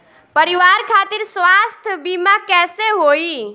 परिवार खातिर स्वास्थ्य बीमा कैसे होई?